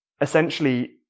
essentially